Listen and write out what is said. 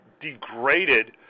degraded